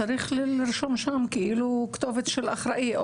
צריך לרשום שם כתובת של אחראי,